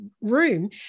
room